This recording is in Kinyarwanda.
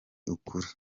ukuri